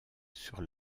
sur